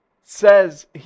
says